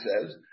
says